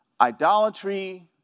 idolatry